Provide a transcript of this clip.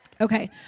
Okay